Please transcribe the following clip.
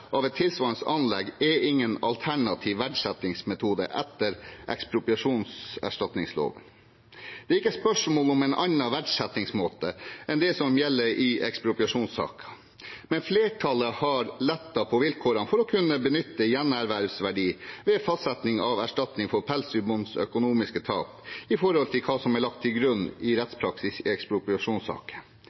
av et tilsvarende anlegg er ingen alternativ verdsettingsmetode etter ekspropriasjonserstatningsloven. Det er ikke spørsmål om en annen verdsettingsmåte enn det som gjelder i ekspropriasjonssaker, men flertallet har lettet på vilkårene for å kunne benytte gjenervervsverdi ved fastsetting av erstatning for pelsdyrbondens økonomiske tap i forhold til hva som er lagt til grunn for rettspraksis i